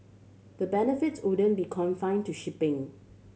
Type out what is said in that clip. the benefits wouldn't be confine to shipping